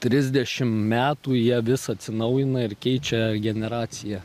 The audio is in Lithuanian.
trisdešim metų jie vis atsinaujina ir keičia generaciją